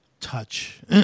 touch